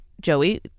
Joey